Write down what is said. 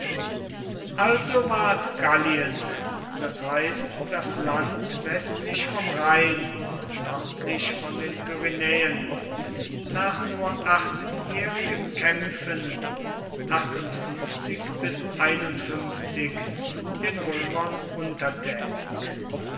also ward gallien das heißt das land westlich vom rhein und nördlich von den pyrenäen nach nur achtjährigen kämpfen den römern untertänig